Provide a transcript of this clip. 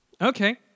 Okay